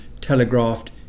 telegraphed